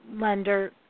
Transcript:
lender